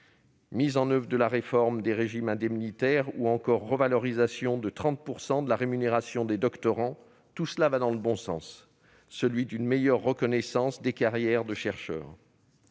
Mise en oeuvre de la réforme des régimes indemnitaires ou encore revalorisation de 30 % de la rémunération des doctorants : tout cela va dans le bon sens, celui d'une meilleure reconnaissance des carrières de chercheurs.